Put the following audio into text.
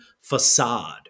facade